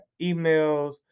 emails